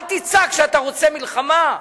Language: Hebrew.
אל תצעק שאתה רוצה מלחמה,